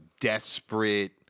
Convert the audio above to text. desperate